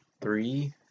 Three